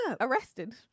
arrested